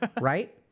Right